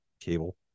cable